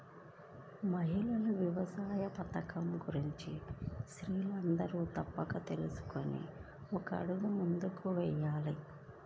మహిళా వ్యవస్థాపకత గురించి స్త్రీలందరూ తప్పక తెలుసుకొని ఒక అడుగు ముందుకు వేయాలి